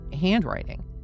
handwriting